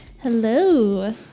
Hello